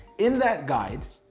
in that guide,